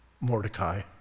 Mordecai